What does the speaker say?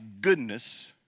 goodness